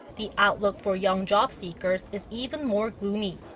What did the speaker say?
the outlook for young jobseekers is even more gloomy.